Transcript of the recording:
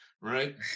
Right